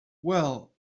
well